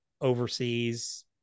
overseas